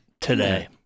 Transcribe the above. today